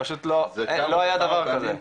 לא היה דבר כזה.